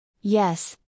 Yes